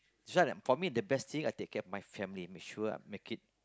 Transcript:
that's why for me the best thing I take care of my family make sure I make it